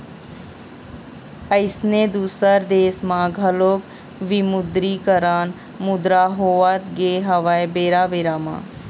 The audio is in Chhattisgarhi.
अइसने दुसर देश म घलोक विमुद्रीकरन मुद्रा होवत गे हवय बेरा बेरा म